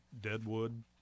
Deadwood